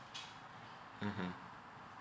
mmhmm